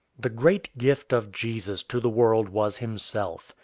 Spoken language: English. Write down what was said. the great gift of jesus to the world was himself.